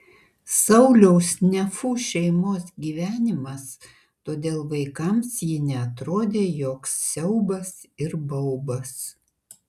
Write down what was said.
sauliaus nefų šeimos gyvenimas todėl vaikams ji neatrodė joks siaubas ir baubas